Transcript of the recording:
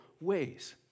ways